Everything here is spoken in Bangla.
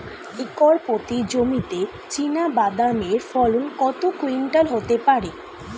একর প্রতি জমিতে চীনাবাদাম এর ফলন কত কুইন্টাল হতে পারে?